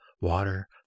water